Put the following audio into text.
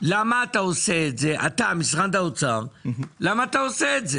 למה משרד האוצר עושה את זה?